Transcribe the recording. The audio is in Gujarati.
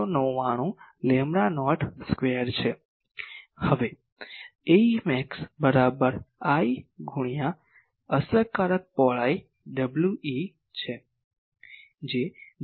199 લેમ્બડા નોટ સ્ક્વેર છે હવે Ae max બરાબર l ગુણ્યા અસરકારક પહોળાઈ we છે જે 0